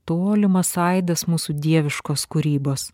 tolimas aidas mūsų dieviškos kūrybos